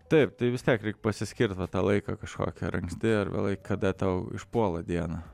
taip tai vis tiek reik pasiskirt va tą laiką kažkokį ar anksti ar vėlai kada tau išpuola dieną